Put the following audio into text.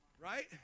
Right